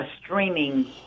streaming